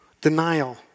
Denial